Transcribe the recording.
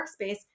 workspace